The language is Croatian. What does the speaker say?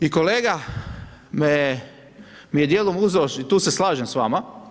I kolega me, mi je dijelom uzeo, tu se slažem s vama.